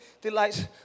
delights